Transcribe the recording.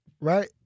right